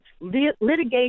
litigation